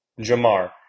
Jamar